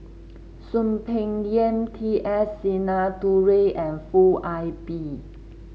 Soon Peng Yam T S Sinnathuray and Foo Ah Bee